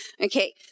Okay